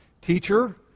Teacher